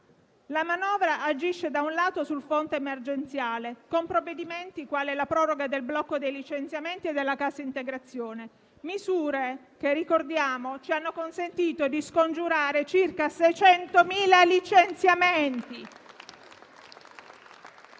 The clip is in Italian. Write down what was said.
La manovra agisce, da un lato, sul fronte emergenziale con provvedimenti come la proroga del blocco dei licenziamenti e della cassa integrazione; misure che - lo ricordiamo - ci hanno consentito di scongiurare circa 600.000 licenziamenti.